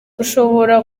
ushobora